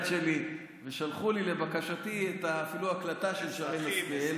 שלי ושלחו לי לבקשתי אפילו הקלטה של שרן השכל.